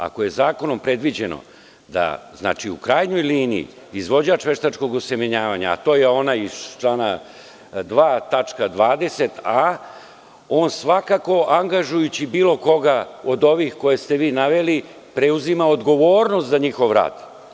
Ako je zakonom predviđeno da u krajnjoj liniji izvođač veštačkog osemenjavanja, a to je onaj iz člana 2. tačka 20a. on svakako angažujući bilo koga od ovih koje ste vi naveli preuzima odgovornost za njihov rad.